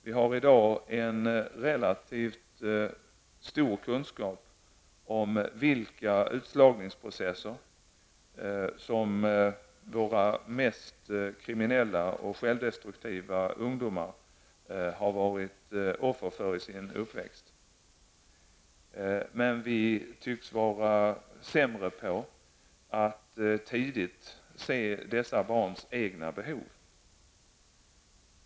Vi har i dag en relativt stor kunskap om vilka utslagningsprocesser som våra mest kriminella och självdestruktiva ungdomar har varit offer för under sin uppväxt. Men vi tycks vara sämre på att tidigt se dessa barns egna behov.